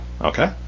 Okay